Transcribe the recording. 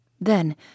Then